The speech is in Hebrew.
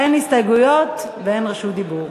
אין הסתייגויות ואין רשות דיבור.